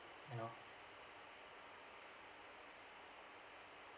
I know